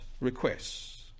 requests